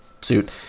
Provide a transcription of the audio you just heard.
suit